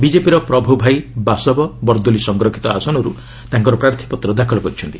ବିଜେପିର ପ୍ରଭ୍ତଭାଇ ବାସବ ବର୍ଦ୍ଦୋଲି ସଂରକ୍ଷିତ ଆସନର୍ତ ତାଙ୍କର ପ୍ରାର୍ଥୀପତ୍ର ଦାଖଲ କରିଛନ୍ତି